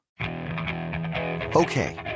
Okay